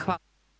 Hvala.